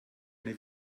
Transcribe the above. eine